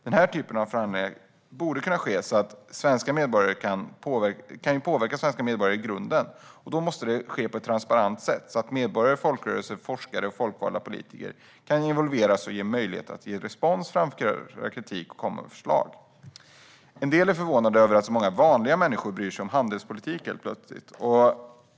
Den typen av förhandlingar kan ju påverka svenska medborgare. Då måste förhandlingarna vara transparenta, så att medborgare, folkrörelser, forskare och folkvalda politiker kan involveras och ges möjlighet att ge respons, framföra kritik och komma med förslag. En del är förvånade över att så många vanliga människor helt plötsligt bryr sig om handelspolitik.